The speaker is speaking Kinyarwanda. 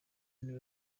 niwe